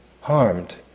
harmed